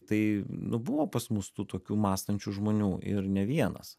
tai nu buvo pas mus tų tokių mąstančių žmonių ir ne vienas